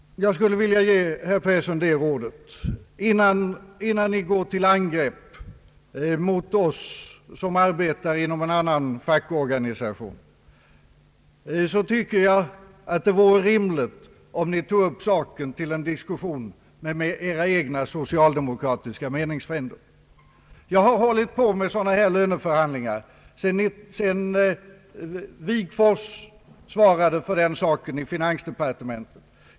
Jag skulle vilja ge herr Persson följande råd. Innan ni från ert håll går till angrepp mot oss som arbetar inom en annan fackorganisation, är det enligt min mening rimligt om ni tar upp saken till diskussion med era egna meningsfränder. Jag har hållit på med sådana här löneförhandlingar ända sedan finansminister Wigforss svarade för den saken i finansdepartementet.